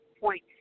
point